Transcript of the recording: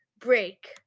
break